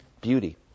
Beauty